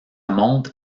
montre